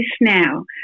now